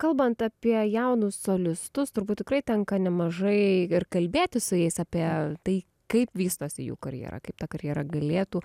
kalbant apie jaunus solistus turbūt tikrai tenka nemažai ir kalbėti su jais apie tai kaip vystosi jų karjera kaip ta karjera galėtų